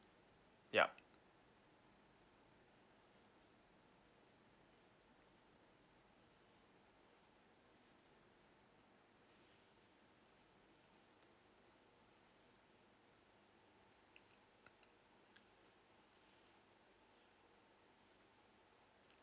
yup